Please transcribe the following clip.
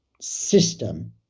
system